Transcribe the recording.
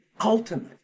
ultimate